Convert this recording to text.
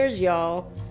y'all